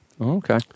Okay